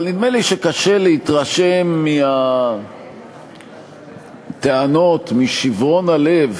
אבל נדמה לי שקשה להתרשם מהטענות, משיברון הלב,